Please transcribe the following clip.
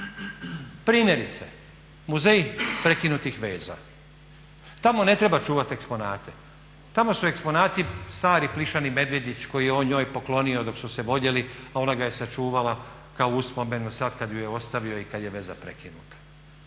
Primjerice, Muzej prekinutih veza. Tamo ne treba čuvat eksponate, tamo su eksponati stari plišani medvjedić koji je on njoj poklonio dok su se voljeli, a ona ga je sačuvala kao uspomenu sad kad ju je ostavio i kad je veza prekinuta.